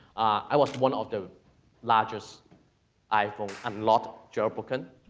i was one of the largest iphone, unlocked, jailbroken,